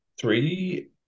three